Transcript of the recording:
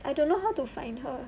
I don't know how to find her